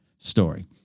story